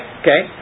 Okay